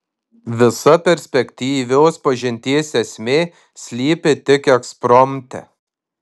visa perspektyvios pažinties esmė slypi tik ekspromte